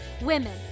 women